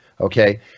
okay